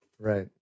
Right